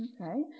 Okay